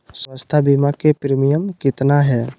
स्वास्थ बीमा के प्रिमियम कितना है?